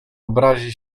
obrazi